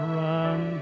run